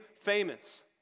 famous